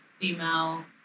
female